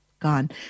gone